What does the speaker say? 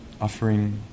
offering